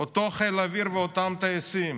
אותו חיל האוויר ואותם טייסים